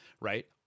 right